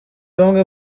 bamwe